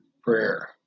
prayer